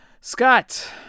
Scott